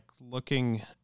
looking